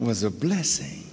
was a blessing